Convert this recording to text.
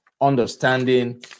understanding